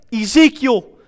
Ezekiel